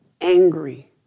angry